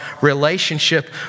relationship